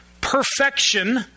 perfection